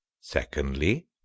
secondly